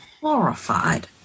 horrified